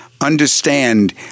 Understand